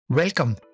Welcome